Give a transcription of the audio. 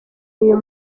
uyu